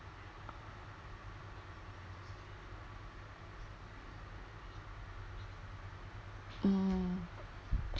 hmm